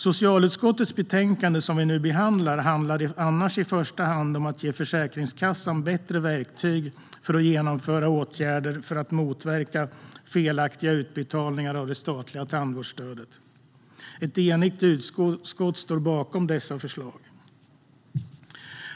Socialutskottets betänkande, som vi nu behandlar, handlar i första hand om att ge Försäkringskassan bättre verktyg för att genomföra åtgärder som motverkar felaktiga utbetalningar av det statliga tandvårdsstödet. Ett enigt utskott står bakom dessa förslag.